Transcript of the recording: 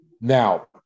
now